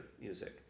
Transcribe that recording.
music